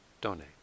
donate